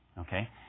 Okay